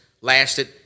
lasted